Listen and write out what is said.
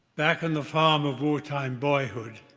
back on the farm of wartime boyhood,